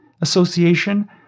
association